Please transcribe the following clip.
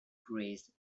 praised